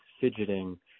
fidgeting